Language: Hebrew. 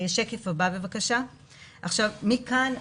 מכאן,